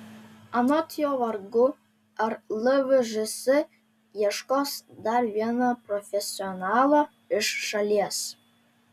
anot jo vargu ar lvžs ieškos dar vieno profesionalo iš šalies